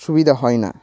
সুবিধা হয় না